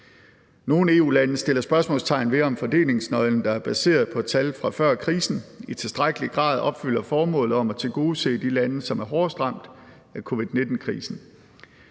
Nogle EU-lande sætter spørgsmålstegn ved, om fordelingsnøglen, der er baseret på tal fra før krisen, i tilstrækkelig grad opfylder formålet om at tilgodese de lande, som er hårdest ramt af covid-19-krisen.